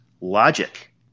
logic